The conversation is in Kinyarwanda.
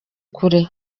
kure